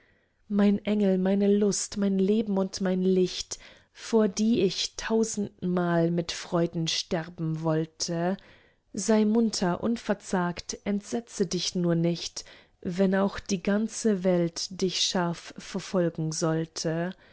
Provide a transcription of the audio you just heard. mein engel meine lust mein leben und mein licht vor die ich tausendmal mit freuden sterben wollte sei munter unverzagt entsetze dich nur nicht wenn auch die ganze welt dich scharf verfolgen sollte